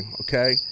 okay